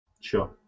Sure